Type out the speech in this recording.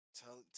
tell